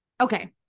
Okay